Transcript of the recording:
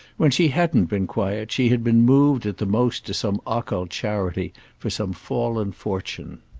when she hadn't been quiet she had been moved at the most to some occult charity for some fallen fortune.